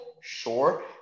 Sure